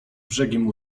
brzegiem